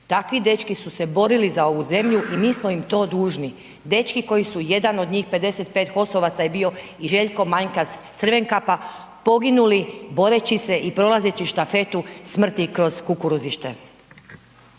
Takvi dečki su se borili za ovu zemlju i mi smo im to dužni. Dečki koji su, jedan od njih, 55 HOS-ovaca je bio, Željko Manjkas Crvenkapa poginuli boreći se i prolazeći štafetu smrti kroz kukuruzište.